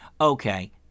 okay